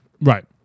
Right